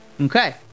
Okay